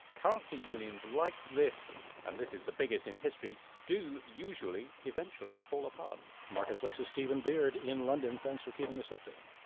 currency unions like this and this is the biggest in history do usually eventually fall apart. marketplace's stephen beard in london. thanks for keeping us updated.